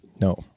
No